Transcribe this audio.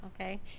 okay